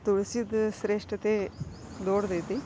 ತುಳಸೀದು ಶ್ರೇಷ್ಠತೆ ದೊಡ್ಡದೈತಿ